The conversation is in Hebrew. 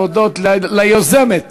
ולהודות ליוזמת